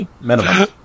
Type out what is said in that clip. minimum